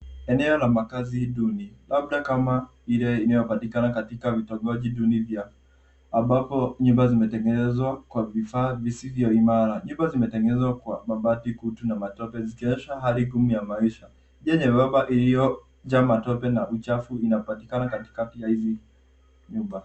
Eneo la makazi duni labda kama ile inayopatikana katika vitongoji duni ambapo nyumba zinategenezwa kwa vifaa visivyo imara. Nyumba zimetegenezwa kwa mabati kutu na matope zikionyesha hali gumu ya maisha. Njia nyembamba iliyojaa matope na uchafu inapatikana katika hizi nyumba.